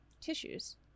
tissues